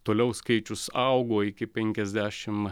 toliau skaičius augo iki penkiasdešim